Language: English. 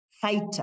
Fighter